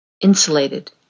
insulated